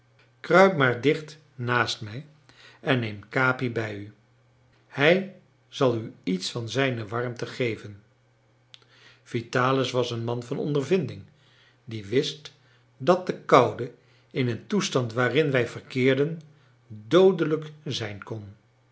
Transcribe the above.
kruip maar dicht naast mij en neem capi bij u hij zal u iets van zijne warmte geven vitalis was een man van ondervinding die wist dat de koude in een toestand waarin wij verkeerden doodelijk zijn kon